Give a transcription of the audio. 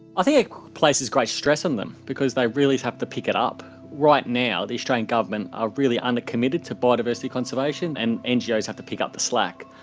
ah it places great stress on them, because they really have to pick it up. right now, the australian government are really under-committed to biodiversity conservation and ngos have to pick up the slack.